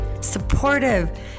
supportive